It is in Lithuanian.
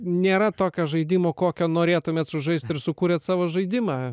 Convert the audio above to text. nėra tokio žaidimo kokio norėtumėt sužaist ir sukūrėt savo žaidimą